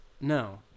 No